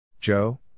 Joe